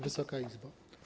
Wysoka Izbo!